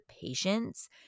patience